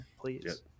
please